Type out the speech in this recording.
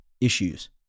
issues